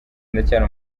ndacyari